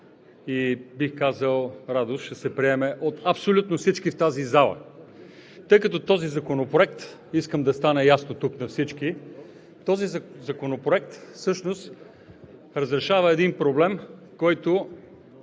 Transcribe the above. и, бих казал, радост ще се приеме от абсолютно всички в тази зала. Искам да стане ясно тук на всички, този законопроект всъщност разрешава един проблем, който